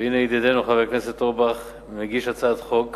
והנה ידידנו חבר הכנסת אורבך מגיש הצעת חוק